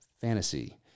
fantasy